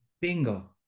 Bingo